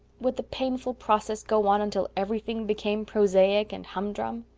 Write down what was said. would the painful process go on until everything became prosaic and hum-drum?